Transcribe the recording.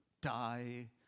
die